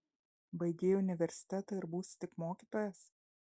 baigei universitetą ir būsi tik mokytojas